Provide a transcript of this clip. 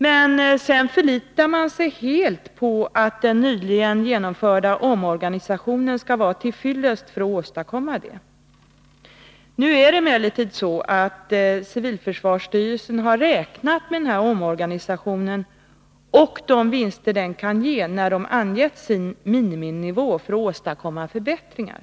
Utskottet förlitar sig emellertid helt på att den nyligen genomförda omorganisationen skall vara till fyllest för att åstadkomma detta. Civilförsvarsstyrelsen har dock räknat med denna omorganisation och de vinster den kan ge, när man har angett en miniminivå för att åstadkomma förbättringar.